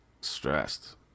stressed